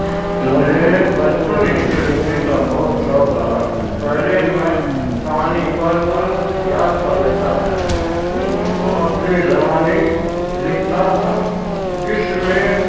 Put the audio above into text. مجھے بچپن ہی سے لکھنے کا بہت شوق رہا پہلے میں کہانی پڑھ کر یاد کر لیتا تھا پھر اس کو اپنی زبانی لکھتا تھا جس میں